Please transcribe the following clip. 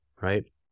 right